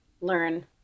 learn